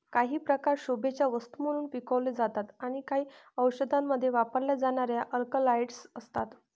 काही प्रकार शोभेच्या वस्तू म्हणून पिकवले जातात आणि काही औषधांमध्ये वापरल्या जाणाऱ्या अल्कलॉइड्स असतात